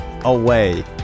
away